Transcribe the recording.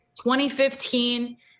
2015